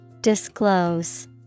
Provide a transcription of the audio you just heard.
Disclose